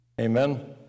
Amen